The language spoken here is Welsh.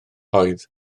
oedd